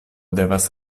devas